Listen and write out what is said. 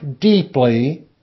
deeply